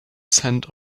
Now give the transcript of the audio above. scent